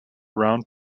round